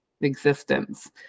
existence